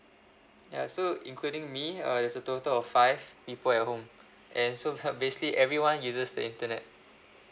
ya so including me uh there's a total of five people at home and so ha~ basically everyone uses the internet